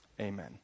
Amen